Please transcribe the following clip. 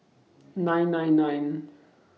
nine nine nine